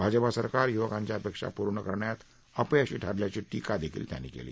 भाजपा सरकार युवकांच्या अपेक्षा पूर्ण करण्यात अपयशी ठरल्याची टीका देखील त्यांनी केली